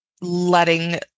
letting